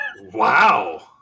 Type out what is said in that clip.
wow